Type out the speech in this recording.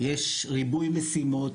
יש ריבוי משימות,